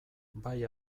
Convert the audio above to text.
bai